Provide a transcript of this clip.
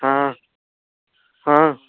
हाँ हाँ